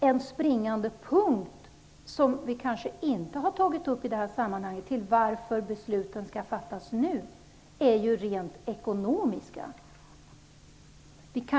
En springande punkt, som vi kanske inte har tagit upp i det här sammanhanget, när det gäller varför besluten skall fattas nu är ju de rent ekonomiska skälen.